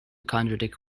contradict